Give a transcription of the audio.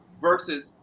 versus